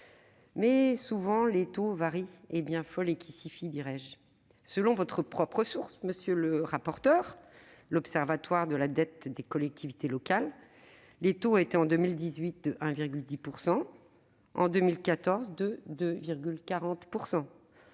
Mais souvent les taux varient, et « bien fol est qui s'y fie »... Selon votre propre source, monsieur le rapporteur- l'Observatoire de la dette des collectivités locales -, les taux étaient en 2018 de 1,10 % et en 2014 de 2,40 %.